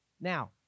Now